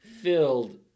filled